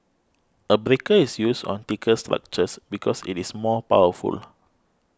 a breaker is used on thicker structures because it is more powerful